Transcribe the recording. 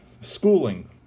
schooling